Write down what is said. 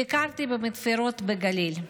ביקרתי במתפרות בגליל.